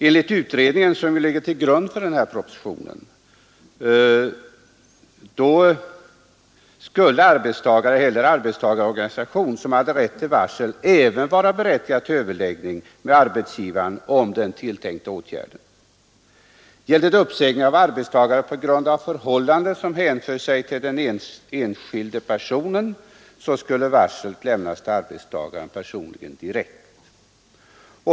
Enligt utredningen, som ligger till grund för propositionen, skulle arbetstagare eller arbetstagarorganisation som har rätt till varsel även vara berättigad till överläggning med arbetsgivaren om den tilltänkta åtgärden. Om det gäller uppsägning av arbetstagare på grund av förhållanden som hänför sig till den anställda personen skulle varslet lämnas till arbetstagaren personligen.